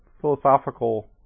philosophical